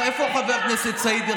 למה אתה מפחד,